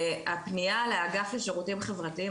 הפניה לאגף לשירותים חברתיים,